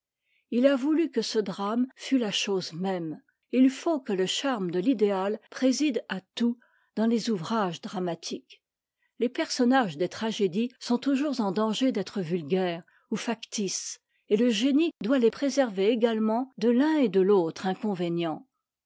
il a voulu que ce drame fût la chose même et il faut que le charme de l'idéal préside à tout dans les ouvrages dramatiques les personnages des tragédies sont toujours en danger d'être vulgaires ou factices et le génie doit les préserver également de l'un et de l'autre